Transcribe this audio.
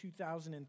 2003